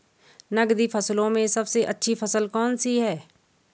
नकदी फसलों में सबसे अच्छी फसल कौन सी है?